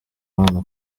abana